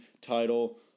title